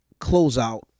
closeout